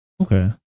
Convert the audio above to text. Okay